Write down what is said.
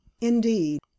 Indeed